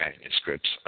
manuscripts